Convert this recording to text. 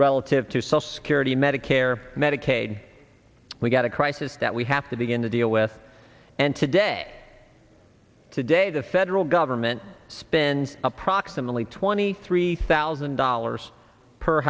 relative to social security medicare medicaid we've got a crisis that we have to begin to deal with and today today the federal government spends approximately twenty three thousand dollars per